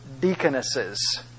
deaconesses